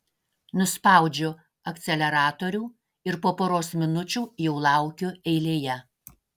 nuspaudžiu akceleratorių ir po poros minučių jau laukiu eilėje